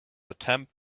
attempt